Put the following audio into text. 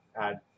add